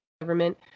government